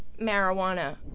marijuana